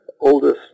Oldest